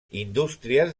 indústries